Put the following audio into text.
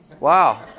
Wow